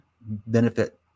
benefit